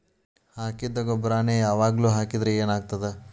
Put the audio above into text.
ಹಾಕಿದ್ದ ಗೊಬ್ಬರಾನೆ ಯಾವಾಗ್ಲೂ ಹಾಕಿದ್ರ ಏನ್ ಆಗ್ತದ?